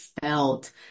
felt